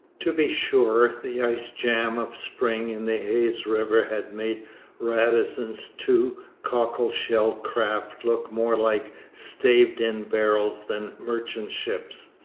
to be sure, the ice jam of spring in the hayes river had made radisson's two cockle-shell craft look more like staved-in barrels than merchant ships.